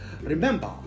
Remember